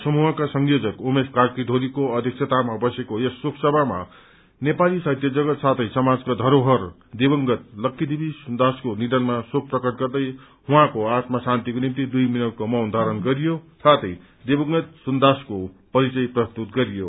समूहका संयोजक उमेश कार्कीढोलीको अध्यक्षतामा बसेको यस सभामा नेपाली साहित्यजगत साथै समाजका धरोहर दिवंगत लक्खीदेवी सुन्दासको निधनमा शोक प्रकट गर्दै उहाँको आत्मा शान्तिको निम्ति दुई मिनटको मौन धारण गरियो साथै दिवंगत सुन्दासको परिचय प्रस्तुत गरियो